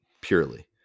purely